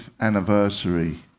anniversary